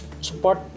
support